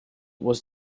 was